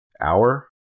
Hour